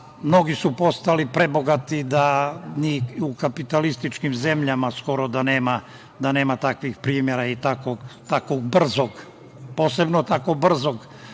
mnogi su postali prebogati da ni u kapitalističkim zemljama skoro da nema takvih primera i takvog brzog, posebno tako brzog